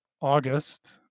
august